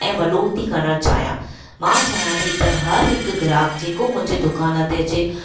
ऐं वॾो थी करणु चाहियां मां चाहियां थी त हर हिकु ग्राहक जेको मुंहिंजी दुकान ते अचे